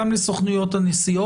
גם לסוכנויות הנסיעות.